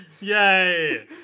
Yay